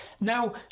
Now